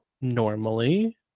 normally